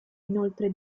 inoltre